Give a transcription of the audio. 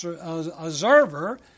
observer